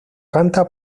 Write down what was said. canta